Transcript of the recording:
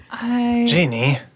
Genie